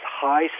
high